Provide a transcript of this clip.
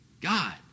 God